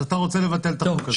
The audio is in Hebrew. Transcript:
אז אתה רוצה לבטל את החוק הזה.